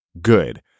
good